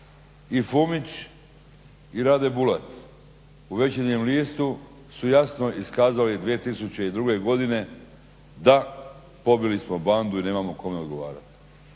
i Fumić i Rade Bulat u Večernjem listu su jasno iskazali 2002. godine da pobili smo bandu i nemamo kome odgovarati.